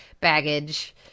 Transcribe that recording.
Baggage